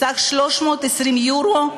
בסך 320 יורו,